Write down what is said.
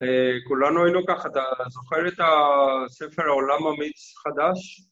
כולנו היינו ככה, אתה זוכר את הספר "עולם אמיץ חדש"?